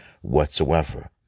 whatsoever